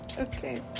Okay